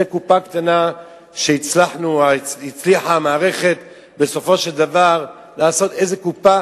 זה קופה קטנה שהצליחה המערכת בסופו של דבר לעשות איזו קופה,